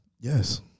Yes